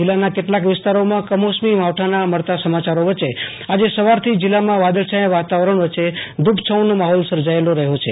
જીલ્લાના કેટલાક વિસ્તારોમાં કમોસમી માવઠાના મળતા સમાચારો વચ્ચે આજે સવારથી જીલ્લાભરમાં વાદળછાયા વાતાવરણ વચ્ચે ધુ પ છાંવનો માહોલ સર્જાયેલો રહ્યો છે